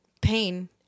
pain